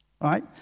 Right